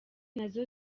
nazo